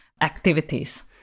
activities